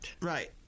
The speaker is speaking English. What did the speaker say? Right